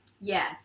Yes